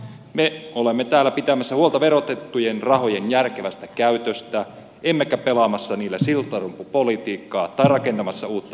me olemme täällä pitämässä huolta verotettujen rahojen järkevästä käytöstä emmekä pelaamassa niillä siltarumpupolitiikkaa tai rakentamassa uutta suunnitelmataloutta